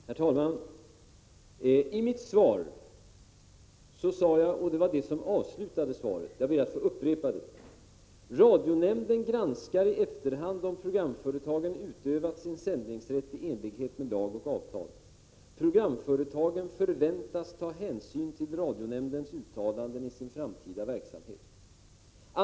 Herr talman! Jag ber att få upprepa det jag sade i mitt svar på interpellationen: Radionämnden granskar i efterhand om programföretagen utövat sin sändningsrätt i enlighet med lag och avtal. Programföretagen förväntas ta hänsyn till radionämndens uttalanden i sin framtida verksamhet.